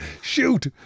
Shoot